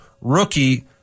rookie